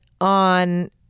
on